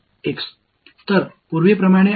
எனவே ஒரு பிளஸ் அடையாளத்துடன்